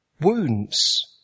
wounds